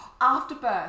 afterbirth